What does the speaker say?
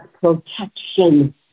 protection